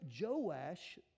Joash